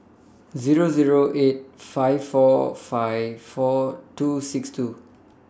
Zero Zero eight five four five four two six two